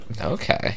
Okay